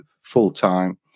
full-time